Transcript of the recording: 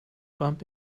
bump